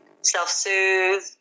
self-soothe